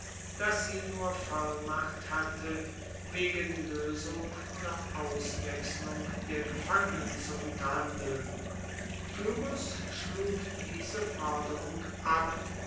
dass sie nur vollmacht hatte wegen loesung oder auswechselung der gefangenen zu unterhandeln pyrrhos schlug diese forderung ab